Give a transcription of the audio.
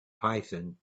python